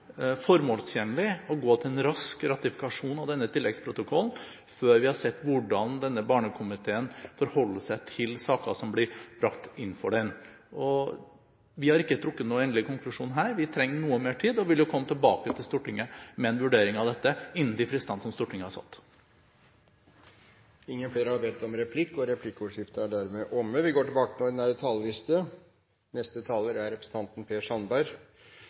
å gå til en rask ratifikasjon av denne tilleggsprotokollen før vi har sett hvordan Barnekomiteen forholder seg til saker som blir brakt inn for den. Vi har ikke trukket noen endelig konklusjon her. Vi trenger noe mer tid og vil komme tilbake til Stortinget med en vurdering av dette innen de fristene som Stortinget har satt.